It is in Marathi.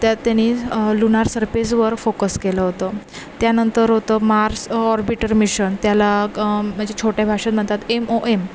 त्यात त्यानी लुनार सर्पेसवर फोकस केलं होतं त्यानंतर होतं मार्स ऑर्बिटर मिशन त्याला म्हणजे छोट्या भाषेत म्हणतात एम ओ एम